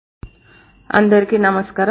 semantic typology part 1 అందరికీ నమస్కారం